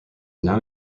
now